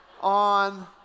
on